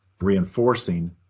reinforcing